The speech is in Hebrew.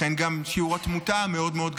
לכן גם שיעור התמותה מאוד מאוד גבוה.